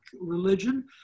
religion